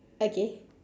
okay